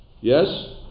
Yes